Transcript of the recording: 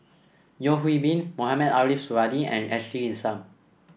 Yeo Hwee Bin Mohamed Ariff Suradi and Ashley Isham